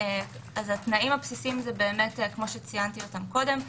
התנאים הבסיסיים הם כפי שציינתי אותם קודם.